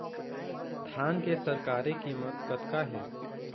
धान के सरकारी कीमत कतका हे?